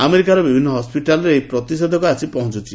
ଆମେରିକାର ବିଭିନ୍ନ ହସ୍କିଟାଲରେ ଏହି ପ୍ରତିଷେଧକ ଆସି ପହଞ୍ଚୁଛି